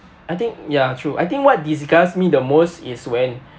I think ya true I think what disgusts me the most is when